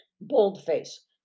Boldface